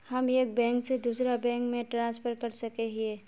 हम एक बैंक से दूसरा बैंक में ट्रांसफर कर सके हिये?